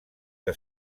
que